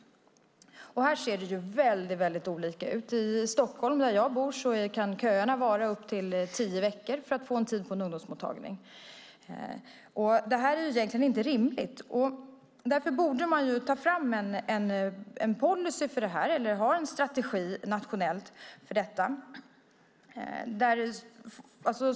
Här ser det väldigt olika ut. I Stockholm, där jag bor, kan köerna vara upp till tio veckor för att få en tid på en ungdomsmottagning. Det är egentligen inte rimligt, och därför borde man ta fram en policy eller en nationell strategi för detta.